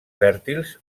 fèrtils